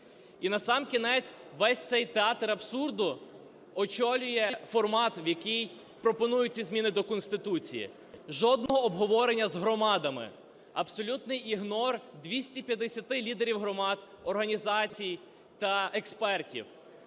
І насамкінець, весь цей театр абсурду очолює формат, в який пропонують ці зміни до Конституції. Жодного обговорення з громадами, абсолютний ігнор 250 лідерів громад, організацій та експертів.